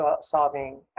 solving